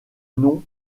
nom